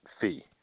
fee